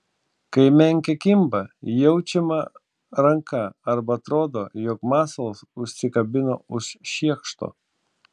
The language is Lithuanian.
kai menkė kimba jaučiama ranka arba atrodo jog masalas užsikabino už šiekšto